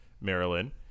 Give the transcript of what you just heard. Maryland